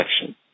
section